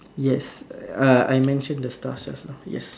yes uh I mention the stars just now yes